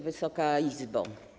Wysoka Izbo!